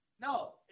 No